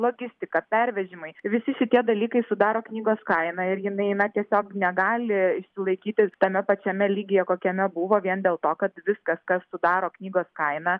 logistika pervežimai visi šitie dalykai sudaro knygos kainą ir jinai eina tiesiog negali išsilaikyti tame pačiame lygyje kokiame buvo vien dėl to kad viskas kas sudaro knygos kainą